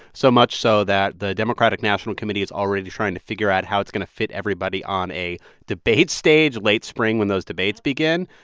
so much so that the democratic national committee is already trying to figure out how it's going to fit everybody on a debate stage late spring, when those debates begin.